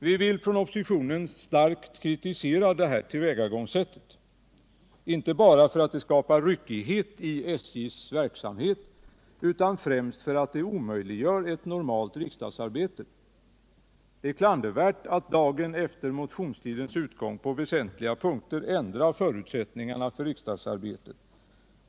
Vi vill från oppositionen starkt kritisera detta tillvägagångssätt, inte bara för att det skapar ryckighet i SJ:s verksamhet utan främst för att det omöjliggör ett normalt riksdagsarbete. Det är klandervärt att dagen efter motionstidens utgång på väsentliga punkter ändra förutsättningarna för riksdagsarbetet.